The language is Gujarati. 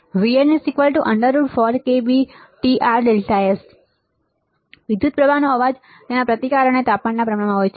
Vn √4kbTRΔS વિધુતપ્રવાહનો અવાજ તેના પ્રતિકાર અને તાપમાનના પ્રમાણમાં હોય છે